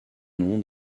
nom